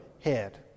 head